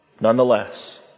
nonetheless